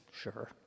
Sure